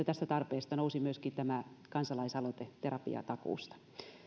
tästä tarpeesta nousi myöskin tämä kansalaisaloite terapiatakuusta